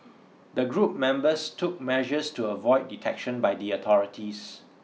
the group members took measures to avoid detection by the authorities